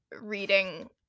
reading